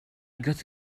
got